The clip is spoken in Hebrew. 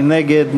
מי נגד?